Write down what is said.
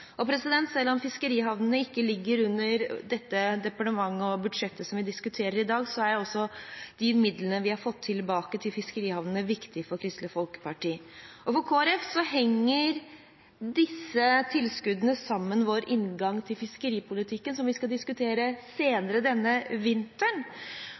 Selv om fiskerihavnene ikke ligger inn under det departementet og det budsjettet som vi diskuterer i dag, er også de midlene som vi har fått tilbake til fiskerihavnene, viktig for Kristelig Folkeparti. For Kristelig Folkeparti henger disse tilskuddene sammen med vår inngang til fiskeripolitikken, som vi skal diskutere senere denne vinteren.